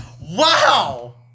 wow